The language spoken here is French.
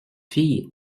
fille